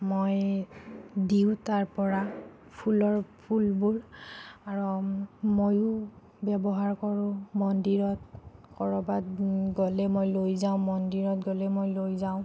মই দিওঁ তাৰ পৰা ফুলৰ ফুলবোৰ আৰু ময়ো ব্যৱহাৰ কৰোঁ মন্দিৰত ক'ৰবাত গ'লে মই লৈ যাওঁ মন্দিৰত গ'লে মই লৈ যাওঁ